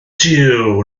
jiw